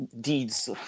deeds